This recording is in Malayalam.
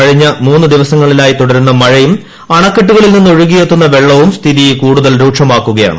കഴിഞ്ഞ മൂന്നു ദിവസങ്ങളിലായി തുടരുന്ന മഴയും അണക്കെട്ടുകളിൽ നിന്നൊഴുകിയെത്തുന്ന വെള്ളവും സ്ഥിതി കൂടുതൽ രൂക്ഷമാക്കുകയാണ്